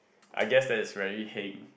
I guess that is very heng